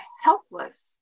helpless